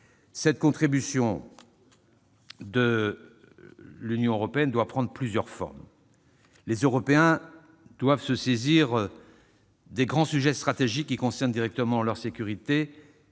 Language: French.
La contribution de l'Union européenne doit prendre plusieurs formes. Les Européens doivent se saisir des grands sujets stratégiques concernant directement leur sécurité,